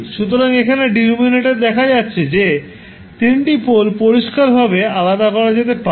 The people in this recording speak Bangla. সুতরাং এখানে ডিনোমিনেটর দেখা যাচ্ছে যে তিনটি পোল পরিষ্কারভাবে আলাদা করা যেতে পারে